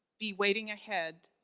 be waiting ahead,